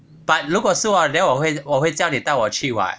but 如果是我 then 我会我会叫你带我去 [what]